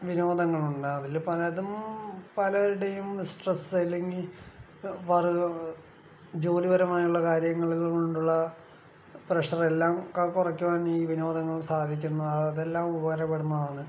വിനോദങ്ങളുണ്ട് അതില് പലതും പലരുടെയും സ്ട്രെസ്സ് അല്ലെങ്കിൽ വർ ജോലിപരമായുള്ള കാര്യങ്ങള് കൊണ്ടുള്ള പ്രെഷർ എല്ലാം ക കുറയ്ക്കുവാൻ ഈ വിനോദങ്ങൾ സാധിക്കുന്ന അതെല്ലാം ഉപകാരപ്പെടുന്നതാണ്